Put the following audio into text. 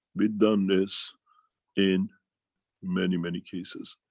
we've done this in many, many cases.